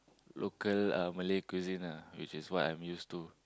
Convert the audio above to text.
local uh Malay cuisine ah which is what I'm used to